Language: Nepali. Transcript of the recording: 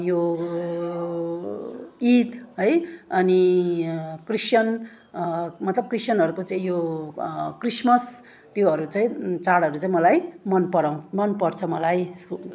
यो इद है अनि क्रिस्टियन मतलब क्रिस्टियनहरूको चाहिँ यो क्रिसमस त्योहरू चाहिँ चाडहरू चाहिँ मलाई मन पराउ मनपर्छ मलाई यसको